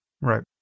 Right